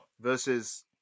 versus